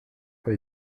pas